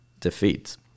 defeat